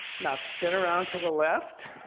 now spin around to the left,